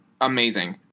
amazing